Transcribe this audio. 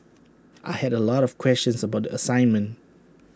I had A lot of questions about the assignment